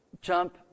jump